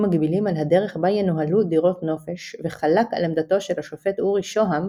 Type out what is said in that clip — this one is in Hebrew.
מגבילים על הדרך בה ינוהלו דירות נופש וחלק על עמדתו של השופט אורי שוהם